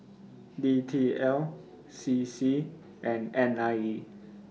D T L C C and N I E